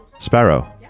Sparrow